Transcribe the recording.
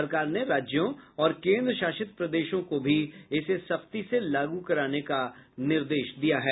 सरकार ने राज्यों और केन्द्र शासित प्रदेशों को भी इसे सख्ती से लागू कराने का निर्देश दिया है